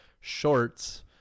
Shorts